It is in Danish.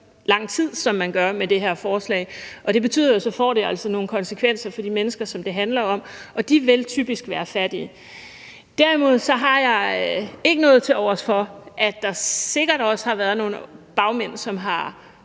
lang tid, som man gør, med det her forslag. Det betyder, at det altså får nogle konsekvenser for de mennesker, som det handler om, og de vil typisk være fattige. Derimod har jeg ikke noget tilovers for de bagmænd, der sikkert også har været, som har